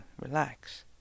Relax